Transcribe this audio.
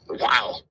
wow